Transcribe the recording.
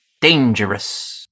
dangerous